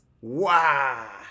Wow